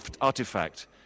artifact